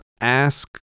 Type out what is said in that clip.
ask